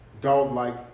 dog-like